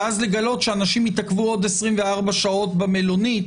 ואז לגלות שאנשים התעכבו עוד 24 שעות במלונית,